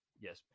Yes